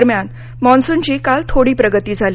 दरम्यान मान्सूनची काल थोडी प्रगती झाली